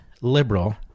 liberal